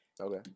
Okay